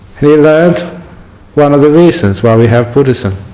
he leaned one of the reasons why we have buddhism